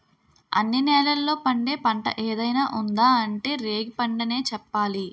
అన్ని నేలల్లో పండే పంట ఏదైనా ఉందా అంటే రేగిపండనే చెప్పాలి